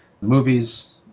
movies